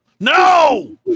no